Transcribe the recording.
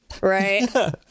right